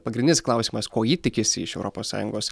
pagrindinis klausimas ko ji tikisi iš europos sąjungos